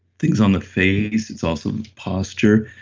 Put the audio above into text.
things on the face, it's also the posture,